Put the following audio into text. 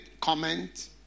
Comment